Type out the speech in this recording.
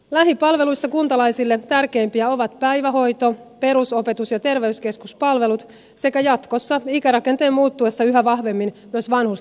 lähipalveluista kuntalaisille tärkeimpiä ovat päivähoito perusopetus ja terveyskeskuspalvelut sekä jatkossa ikärakenteen muuttuessa yhä vahvemmin myös vanhustenpalvelut